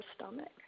stomach